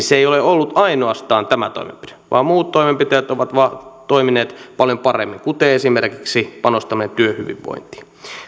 se ei ole ollut ainoastaan tämä toimenpide vaan muut toimenpiteet ovat toimineet paljon paremmin kuten esimerkiksi panostukset työhyvinvointiin